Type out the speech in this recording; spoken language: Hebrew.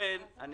לכן אני